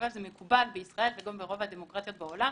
אבל זה מקובל בישראל וגם ברוב הדמוקרטיות בעולם,